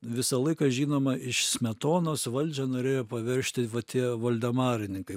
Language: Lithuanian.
visą laiką žinoma iš smetonos valdžią norėjo paveržti va tie voldemarininkai